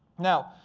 now,